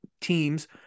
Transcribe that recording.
teams